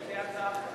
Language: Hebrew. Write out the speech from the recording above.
יש לי הצעה אחרת.